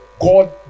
God